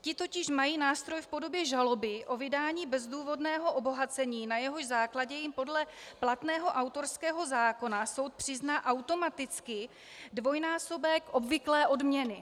Ti totiž mají nástroj v podobě žaloby o vydání bezdůvodného obohacení, na jehož základě jim podle platného autorského zákona soud přizná automaticky dvojnásobek obvyklé odměny.